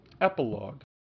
Epilogue